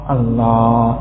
Allah